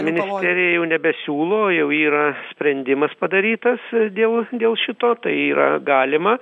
ministerija jau nebesiūlo jau yra sprendimas padarytas dėl dėl šito tai yra galima